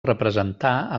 representar